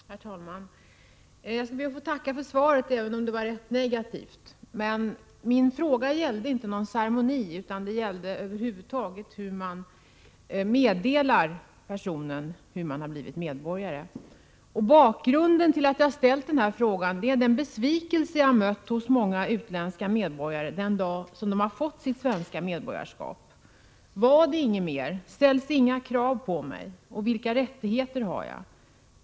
Herr talman! Jag ber att få tacka för svaret, även om det var rätt negativt. Men frågan gällde inte någon ceremoni utan på vilket sätt man över huvud taget meddelar personen att denne blivit svensk medborgare. Bakgrunden till min fråga är den besvikelse jag mött hos många utländska medborgare den dag de fått sitt svenska medborgarskap. Var det inget mer? Ställs det inga krav på mig, och vilka rättigheter har jag?